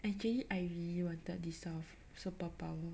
actually I really wanted this sort of superpower